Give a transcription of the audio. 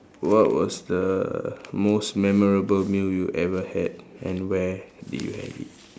what was the most memorable meal you ever had and where did you have it